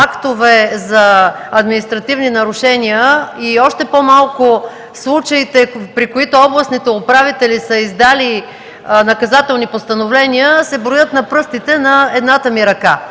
актове за административни нарушения и още по-малко в случаите, при които областните управители са издали наказателни постановления, се броят на пръстите на едната ми ръка.